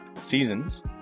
seasons